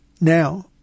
Now